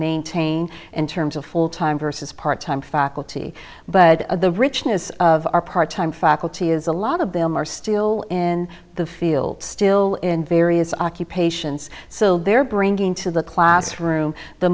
maintain in terms of full time versus part time faculty but the richness of our part time faculty is a lot of them are still in the field still in various occupations so they're bringing to the classroom the